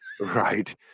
right